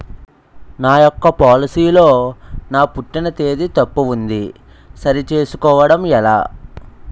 నా యెక్క పోలసీ లో నా పుట్టిన తేదీ తప్పు ఉంది సరి చేసుకోవడం ఎలా?